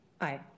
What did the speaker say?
Aye